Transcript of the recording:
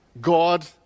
God